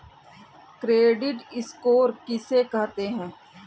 Credit score किसे कहते हैं?